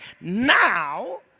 now